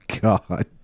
God